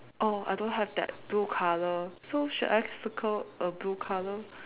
oh I don't have that blue colour so should I circle a blue colour